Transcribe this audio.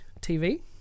TV